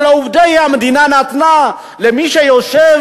אבל העובדה היא: העובדה היא שהמדינה נתנה למי שיושב,